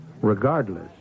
regardless